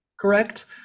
correct